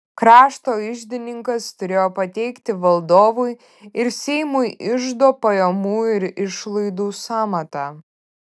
krašto iždininkas turėjo pateikti valdovui ir seimui iždo pajamų ir išlaidų sąmatą